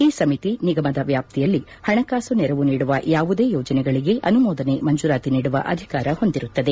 ಈ ಸಮಿತಿ ನಿಗಮದ ವ್ಯಾಪ್ತಿಯಲ್ಲಿ ಹಣಕಾಸು ನೆರವು ನೀಡುವ ಯಾವುದೇ ಯೋಜನೆಗಳಿಗೆ ಅನುಮೋದನೆ ಮಂಜೂರಾತಿ ನೀಡುವ ಅಧಿಕಾರ ಹೊಂದಿರುತ್ತದೆ